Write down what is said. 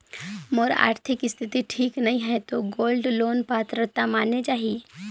मोर आरथिक स्थिति ठीक नहीं है तो गोल्ड लोन पात्रता माने जाहि?